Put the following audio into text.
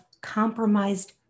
compromised